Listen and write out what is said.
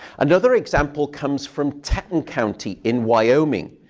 another example comes from teton county in wyoming.